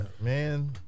man